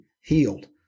healed